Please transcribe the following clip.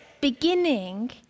beginning